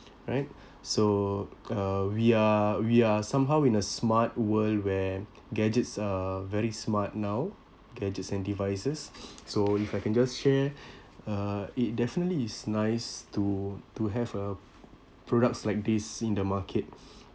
right so uh we are we are somehow in a smart world where gadgets are very smart now gadgets and devices so if I can just share uh it definitely it's nice to to have a products like this in the market